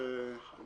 אם זה לא חל